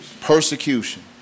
persecution